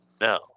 No